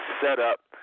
setup